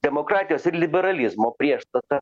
demokratijos ir liberalizmo priešstata